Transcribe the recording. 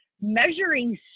Measuring